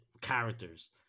characters